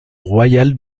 royale